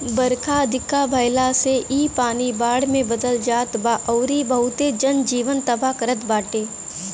बरखा अधिका भयला से इ पानी बाढ़ में बदल जात बा अउरी बहुते जन जीवन तबाह करत बाटे